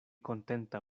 kontenta